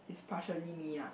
partially me ah